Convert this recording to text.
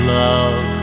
love